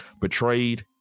betrayed